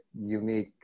unique